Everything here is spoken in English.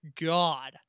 God